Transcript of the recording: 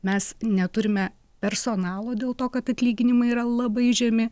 mes neturime personalų dėl to kad atlyginimai yra labai žemi